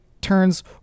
turns